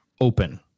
Open